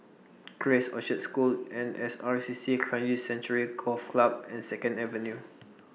Grace Orchard School N S R C C Kranji Sanctuary Golf Club and Second Avenue